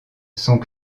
sont